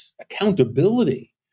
accountability